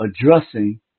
addressing